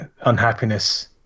unhappiness